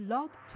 Love